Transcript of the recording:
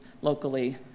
locally